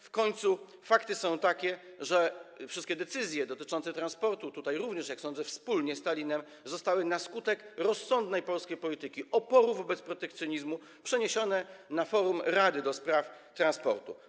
W końcu fakty są takie, że wszystkie decyzje dotyczące transportu - w tym zakresie również, jak sądzę, wspólnie z Tallinem - zostały na skutek rozsądnej polskiej polityki oporu wobec protekcjonizmu przeniesione na forum rady do spraw transportu.